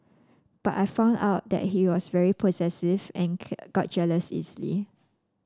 but I found out that he was very possessive and got jealous easily